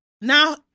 now